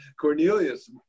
Cornelius